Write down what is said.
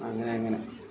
അങ്ങനെ അങ്ങനെ